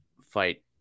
fight